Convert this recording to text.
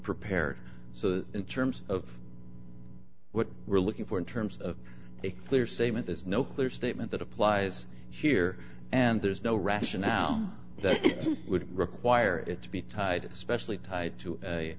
prepared so in terms of what we're looking for in terms of a clear statement there's no clear statement that applies here and there's no rationale that would require it to be tied especially tied to a